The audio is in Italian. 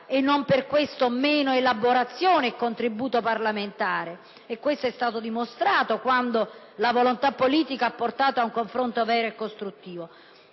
e non per questo meno elaborazione e contributo parlamentare. Ciò è stato dimostrato quando la volontà politica ha portato ad un confronto vero e costruttivo.